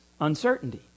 uncertainty